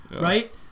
right